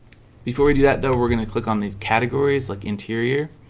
before we do that though, we're gonna click on these categories like interior